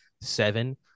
seven